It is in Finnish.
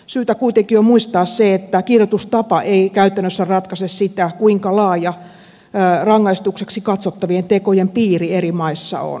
syytä kuitenkin on muistaa se että kirjoitustapa ei käytännössä ratkaise sitä kuinka laaja rangaistukseksi katsottavien tekojen piiri eri maissa on